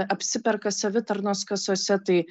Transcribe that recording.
apsiperka savitarnos kasose tai